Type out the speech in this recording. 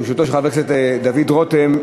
בראשותו של חבר הכנסת דוד רותם,